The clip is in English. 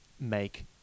make